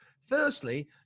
firstly